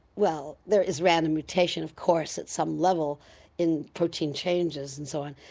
well, there is random mutation of course at some level in protein changes and so on.